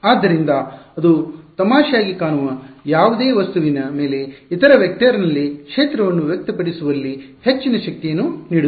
ಆದ್ದರಿಂದ ಅದು ತಮಾಷೆಯಾಗಿ ಕಾಣುವ ಯಾವುದೇ ವಸ್ತುವಿನ ಮೇಲೆ ಇತರ ವೆಕ್ಟರ್ನಲ್ಲಿ ಕ್ಷೇತ್ರವನ್ನು ವ್ಯಕ್ತಪಡಿಸುವಲ್ಲಿ ಹೆಚ್ಚಿನ ಶಕ್ತಿಯನ್ನು ನೀಡುತ್ತದೆ